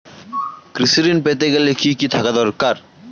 কৃষিঋণ পেতে গেলে কি কি থাকা দরকার?